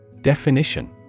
Definition